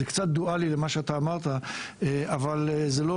זה קצת דואלי למה שאתה אמרת אבל זה לא